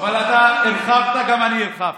אבל אתה הרחבת, אז גם אני הרחבתי.